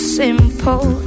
simple